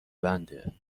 بنده